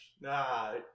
Nah